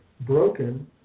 broken